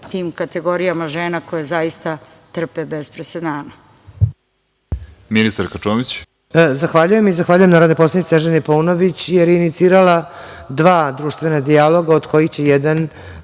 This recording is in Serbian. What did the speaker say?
tim kategorijama žena koje zaista trpe bez presedana.